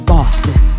Boston